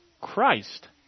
Christ